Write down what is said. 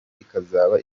ikazaba